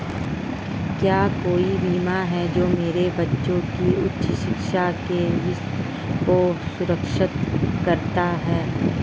क्या कोई बीमा है जो मेरे बच्चों की उच्च शिक्षा के वित्त को सुरक्षित करता है?